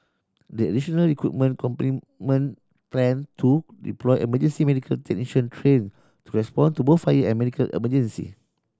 the additional equipment complement plan to deploy emergency medical technician trained to respond to both fire and medical emergencies